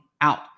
out